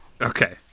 Okay